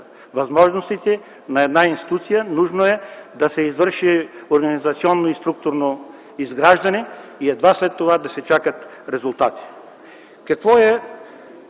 възможностите на една институция. Нужно е да се извърши организационно и структурно изграждане и едва след това да се чакат резултати.